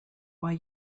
why